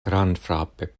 grandfrape